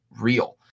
real